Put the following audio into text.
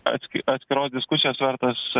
atski atskiros diskusijos vertas